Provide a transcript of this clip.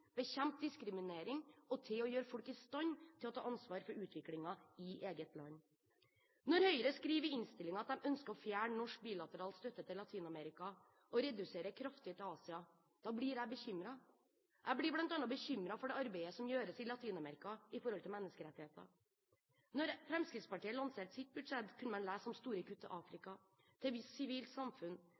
bekjempe diskriminering og gjøre folk i stand til å ta ansvar for utviklingen i eget land. Når Høyre skriver i innstillingen at de ønsker å fjerne norsk bilateral støtte til Latin-Amerika og redusere kraftig til Asia, blir jeg bekymret. Jeg blir bl.a. bekymret for det arbeidet som gjøres i Latin-Amerika når det gjelder menneskerettigheter. Da Fremskrittspartiet lanserte sitt budsjett, kunne man lese om store kutt til Afrika, til sivilt samfunn,